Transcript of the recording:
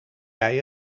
jij